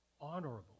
honorable